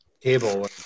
cable